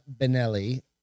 Benelli